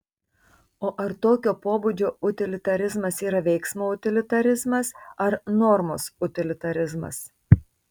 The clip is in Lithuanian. o ar tokio pobūdžio utilitarizmas yra veiksmo utilitarizmas ar normos utilitarizmas